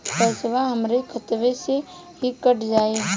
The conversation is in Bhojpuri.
पेसावा हमरा खतवे से ही कट जाई?